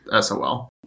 SOL